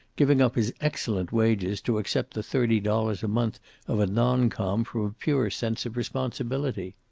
giving up his excellent wages to accept the thirty-odd dollars a month of a non-com, from a pure sense of responsibility.